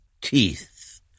teeth